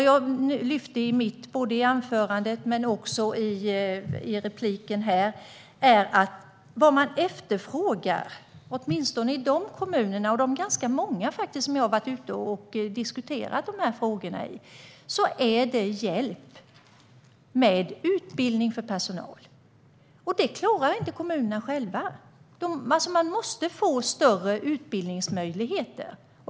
Jag lyfte upp i mitt anförande och i min replik att de många kommuner som jag har varit ute i för att diskutera dessa frågor efterfrågar hjälp med utbildning av personal. Det klarar inte kommunerna själva. De måste få större utbildningsmöjligheter.